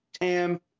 Tam